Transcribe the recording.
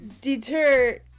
deter